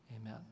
Amen